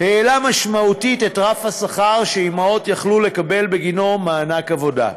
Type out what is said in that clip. העלה משמעותית את רף השכר שאימהות יכלו לקבל בגינו מענק עבודה.